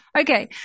okay